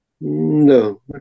No